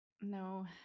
No